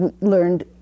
learned